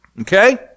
Okay